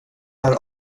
här